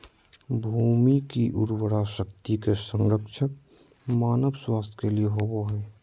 भूमि की उर्वरा शक्ति के संरक्षण मानव स्वास्थ्य के लिए होबो हइ